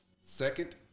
Second